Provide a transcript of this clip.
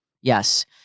Yes